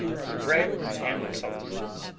spreads and toasts